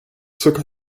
zirka